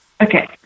Okay